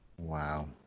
Wow